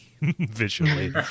visually